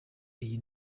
iyi